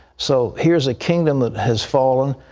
so here's a kingdom that has fallen.